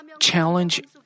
challenge